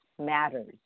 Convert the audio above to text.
matters